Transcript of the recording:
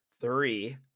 three